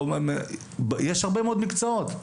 יש הרבה מאוד מקצועות.